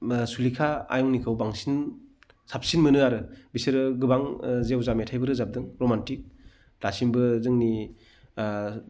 सुलेखा आयंनिखौ बांसिन साबसिन मोनो आरो बिसोरो गोबां जेवजा मेथाइबो रोजाबदों रमान्थिक दासिमबो जोंनि